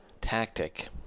tactic